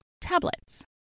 Tablets